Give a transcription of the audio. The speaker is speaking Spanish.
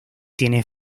tiene